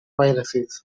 viruses